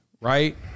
right